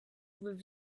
with